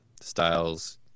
styles